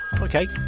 okay